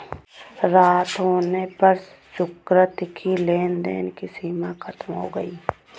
रात होने पर सुकृति की लेन देन की सीमा खत्म हो गई